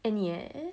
N_U_S